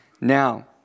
Now